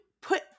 put